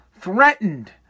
threatened